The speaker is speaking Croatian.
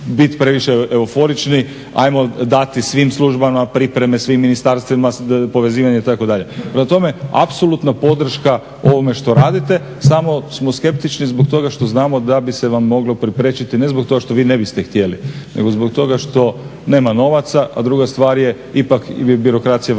biti previše euforični, ajmo dati svim službama pripreme, svim ministarstvima, povezivanje, itd. Prema tome, apsolutna podrška ovome što radite, samo smo skeptični zbog toga što znamo da bi se vam moglo …, ne zbog toga što vi ne biste htjeli, nego zbog toga što nema novaca, a druga stvar je, ipak je birokracija vrlo jaka.